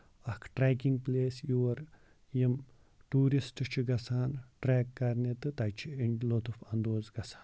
اکھ ٹریکِنگ پٔلیس یور یِم ٹوٗرِسٹ چھِ گژھان ٹریک کَرنہِ تہٕ تَتہِ چھِ لُطُف اَندوز گژھان